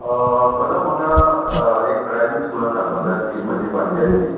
पात्रांव म्हाका एक ड्रायवींग स्कुलान घालपाक जाय आसली म्हजी भाची आसली